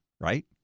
right